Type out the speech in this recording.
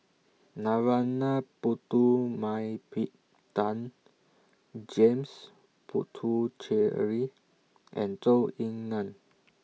Narana Putumaippittan James Puthucheary and Zhou Ying NAN